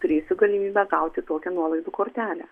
turėsiu galimybę gauti tokią nuolaidų kortelę